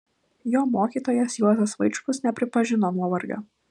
jo mokytojas juozas vaičkus nepripažino nuovargio